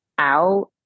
out